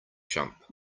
jump